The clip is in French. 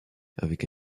avec